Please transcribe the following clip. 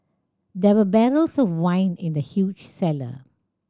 there were barrels of wine in the huge cellar